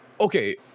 Okay